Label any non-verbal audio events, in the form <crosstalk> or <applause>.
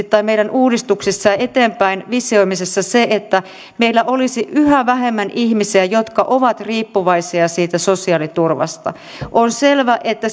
<unintelligible> tai meidän uudistuksiemme eteenpäin visioimisessa tavoitteen täytyy olla lähtökohtaisesti se että meillä olisi yhä vähemmän ihmisiä jotka ovat riippuvaisia siitä sosiaaliturvasta on selvä että <unintelligible>